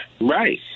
Right